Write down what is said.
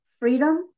freedom